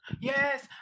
Yes